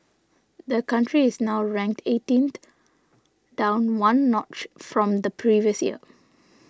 the country is now ranked eighteenth down one notch from the previous year